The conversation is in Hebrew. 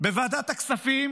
בוועדת הכספים